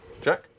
Jack